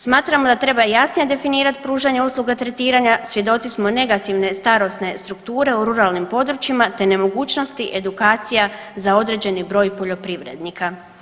Smatramo da treba jasnije definirat pružanje usluga tretiranja, svjedoci smo negativne starosne strukture u ruralnim područjima, te nemogućnosti edukacija za određeni broj poljoprivrednika.